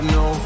no